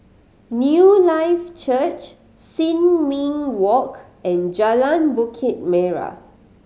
Newlife Church Sin Ming Walk and Jalan Bukit Merah